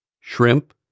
shrimp